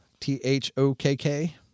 T-H-O-K-K